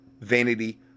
Vanity